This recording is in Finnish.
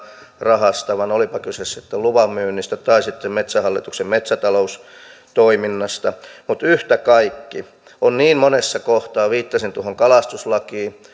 rahastavan olipa kyse sitten luvanmyynnistä tai sitten metsähallituksen metsätaloustoiminnasta mutta yhtä kaikki on niin monessa kohtaa viittasin tuohon kalastuslakiin